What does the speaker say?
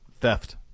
Theft